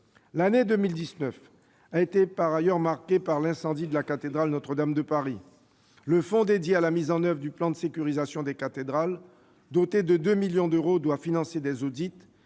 l'année 2019 a été marquée par l'incendie de la cathédrale Notre-Dame de Paris. Le fonds dédié à la mise en oeuvre du plan de sécurisation des cathédrales, doté de 2 millions d'euros, doit financer des audits